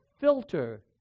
filter